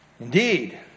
Indeed